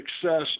success